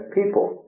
people